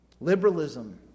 liberalism